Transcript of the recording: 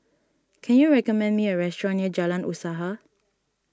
can you recommend me a restaurant near Jalan Usaha